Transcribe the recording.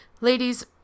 Ladies